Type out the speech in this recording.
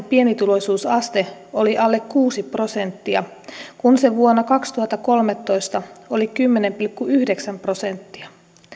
pienituloisuusaste oli alle kuusi prosenttia kun se vuonna kaksituhattakolmetoista oli kymmenen pilkku yhdeksän prosenttia